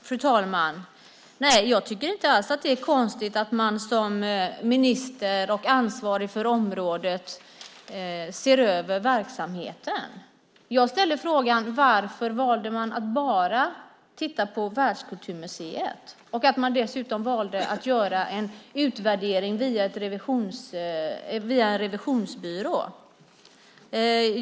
Fru talman! Jag tycker inte alls att det är konstigt att man som minister och ansvarig för området ser över verksamheten. Jag ställde frågan: Varför valde man att bara titta på Världskulturmuseet? Varför valde man dessutom att göra en utvärdering via en revisionsbyrå?